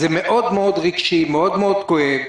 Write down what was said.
זה מאוד מאוד רגשי, זה מאוד מאוד כואב.